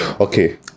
okay